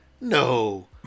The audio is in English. No